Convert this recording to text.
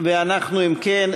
אם כן,